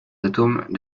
atomes